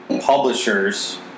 publishers